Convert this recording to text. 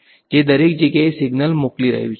જે દરેક જગ્યાએ સિગ્નલ મોકલી રહ્યું છે